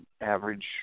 average